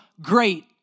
great